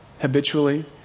Habitually